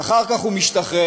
אחר כך הוא משתחרר,